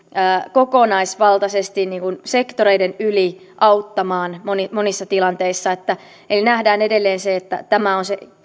kokonaisvaltaisesti sektoreiden yli auttamaan monissa monissa tilanteissa eli nähdään edelleen se että tämä on se